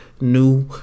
New